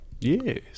Yes